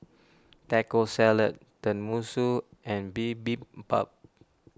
Taco Salad Tenmusu and Bibimbap